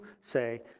say